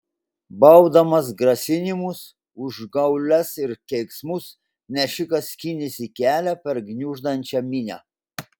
baubdamas grasinimus užgaules ir keiksmus nešikas skynėsi kelią per gniuždančią minią